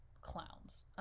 clowns